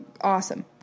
awesome